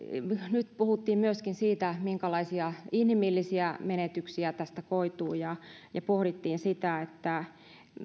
puhuimme myöskin siitä minkälaisia inhimillisiä menetyksiä tästä koituu ja ja pohdimme sitä